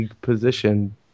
position